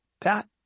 Pat